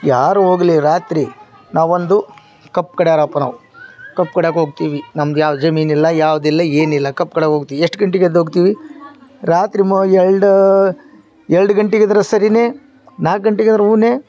ಯಾರು ಹೋಗ್ಲಿ ರಾತ್ರಿ ನಾ ಒಂದು ಕಬ್ಬು ಕಡೀಯೋವ್ರಪ್ಪ ನಾವು ಕಬ್ಬು ಕಡಿಯೋಕೋಕ್ತೀವಿ ನಮ್ದು ಯಾವ ಜಮೀನಿಲ್ಲ ಯಾವುದಿಲ್ಲ ಏನಿಲ್ಲ ಕಬ್ಬು ಕಡಿಯೋಕೋಕ್ತಿ ಎಷ್ಟು ಗಂಟೆಗೆ ಎದ್ದು ಹೋಗ್ತೀವಿ ರಾತ್ರಿ ಮ ಎರಡು ಎರಡು ಗಂಟೆಗಾದ್ರು ಸರಿನೇ ನಾಲ್ಕು ಗಂಟೆಗಾದ್ರು ಹ್ಞೂ ನೆ